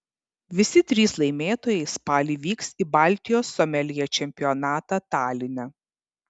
visi trys laimėtojai spalį vyks į baltijos someljė čempionatą taline